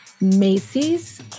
Macy's